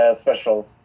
special